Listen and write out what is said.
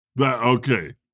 okay